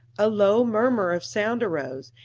a low murmur of sound arose,